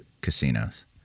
casinos